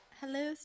Hello